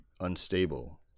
unstable